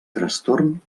trastorn